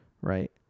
right